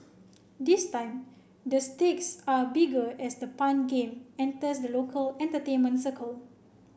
this time the stakes are bigger as the pun game enters the local entertainment circle